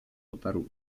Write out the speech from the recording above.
potarł